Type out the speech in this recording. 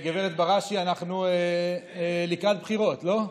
גב' בראשי, אנחנו לקראת בחירות, לא?